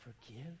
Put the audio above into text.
forgive